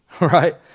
right